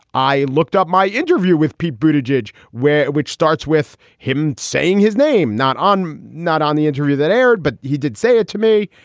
i looked up my interview with pete bruited jej where which starts with him saying his name, not on not on the interview that aired, but he did say it to me.